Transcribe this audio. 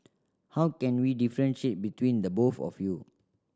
how can we differentiate between the both of you